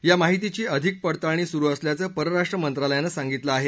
या माहितीची अधिक पडताळणी सुरू असल्याचं परराष्ट्र मंत्रालयानं सांगितलं आहे